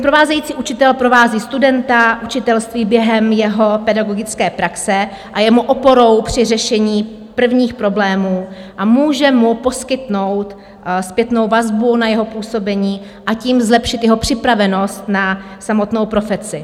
Provázející učitel provází studenta učitelství během jeho pedagogické praxe, je mu oporou při řešení prvních problémů, může mu poskytnout zpětnou vazbu na jeho působení a tím zlepšit jeho připravenost na samotnou profesi.